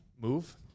move